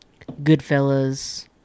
Goodfellas